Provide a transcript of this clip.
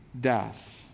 death